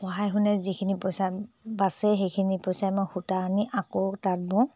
পঢ়াই শুনাই যিখিনি পইচা বাছে সেইখিনি পইচাৰে মই সূতা আনি আকৌ তাত বওঁ